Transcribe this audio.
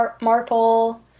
Marple